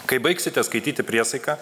kai baigsite skaityti priesaiką